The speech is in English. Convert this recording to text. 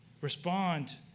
Respond